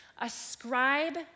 ascribe